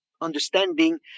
understanding